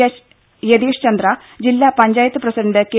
H Yatish Chandra ജില്ലാ panchayat president K